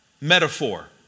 metaphor